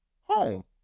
home